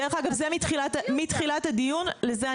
גם המשטרה, גם הצבא.